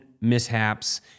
mishaps